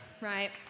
Right